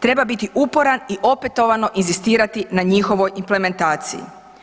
Treba biti uporan i opetovano inzistirati na njihovoj implementaciji.